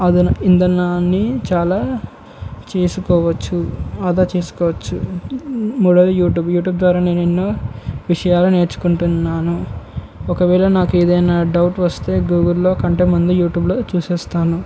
అదన ఇంధనాన్ని చాలా చేసుకోవచ్చు అదా చేసుకోవచ్చు మూడవది యూట్యూబ్ యూట్యూబ్ ద్వారా నేను ఎన్నో విషయాలు నేర్చుకుంటున్నాను ఒకవేళ నాకు ఏదైనా డౌట్ వస్తే గూగుల్లో కంటే మందు యూట్యూబ్లో చూసేస్తాను